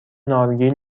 نارگیل